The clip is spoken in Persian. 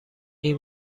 این